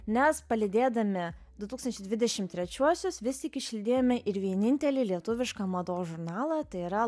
nes palydėdami du tūkstančiai dvidešim trečiuosius visi išlydėjome ir vienintelį lietuvišką mados žurnalą tai yra